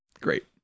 great